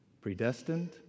predestined